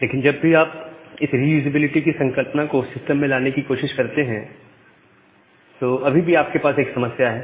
लेकिन जब भी आप इस रीयूजेबिलिटी की संकल्पना को सिस्टम में लाने की कोशिश करते हैं तो अभी भी आपके पास एक समस्या है